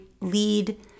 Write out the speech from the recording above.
lead